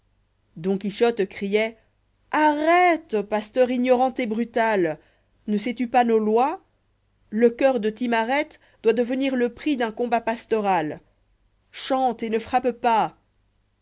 don quichotte crioit arrête pasteur ignorant et brutal ne sais-tu pas nos lois le coeur de timarette doit devenir le prix d'un combat pastoral chante et ne frappe pas